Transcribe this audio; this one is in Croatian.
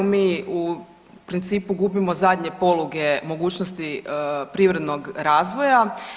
Mi u principu gubimo zadnje poluge mogućnosti privrednog razvoja.